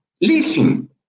listen